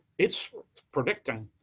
it's predicting,